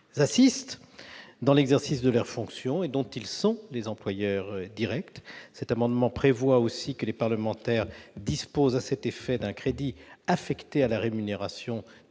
les assistent dans l'exercice de leurs fonctions et dont ils sont les employeurs directs. Cet amendement prévoit aussi que les parlementaires disposent à cet effet d'un crédit affecté à la rémunération